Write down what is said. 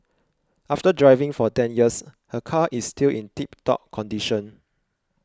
after driving for ten years her car is still in tip top condition